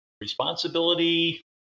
responsibility